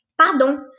Pardon